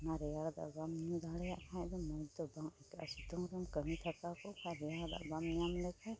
ᱟᱨ ᱚᱱᱟ ᱨᱮᱭᱟᱲ ᱫᱟᱜ ᱵᱟᱢ ᱧᱩ ᱫᱟᱲᱮᱭᱟᱜ ᱠᱷᱟᱡᱫᱚ ᱱᱤᱛᱫᱚ ᱵᱟᱝ ᱮᱠᱟᱞ ᱥᱤᱛᱩᱝᱵᱚᱱ ᱠᱟᱹᱢᱤ ᱛᱷᱟᱠᱟᱣᱠᱚᱜ ᱠᱷᱟᱡ ᱨᱮᱭᱟᱲ ᱫᱟᱜ ᱵᱟᱢ ᱧᱩᱧᱟᱢ ᱞᱮᱠᱷᱟᱡ